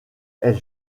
elle